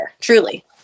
Truly